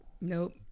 Nope